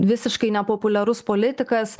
visiškai nepopuliarus politikas